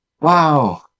wow